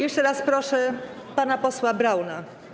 Jeszcze raz proszę pana posła Brauna.